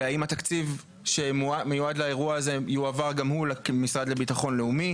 והאם התקציב שמיועד לאירוע הזה יועבר גם הוא למשרד לביטחון לאומי?